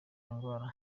indwara